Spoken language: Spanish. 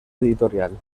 editorial